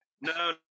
No